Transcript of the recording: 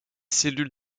cellules